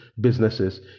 businesses